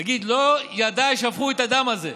או להגיד: לא ידיי שפכו את הדם הזה,